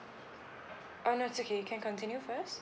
oh no it's okay you can continue first